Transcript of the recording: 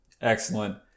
Excellent